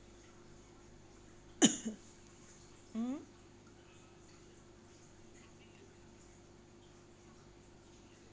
mmhmm